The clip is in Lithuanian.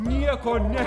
nieko ne